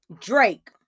Drake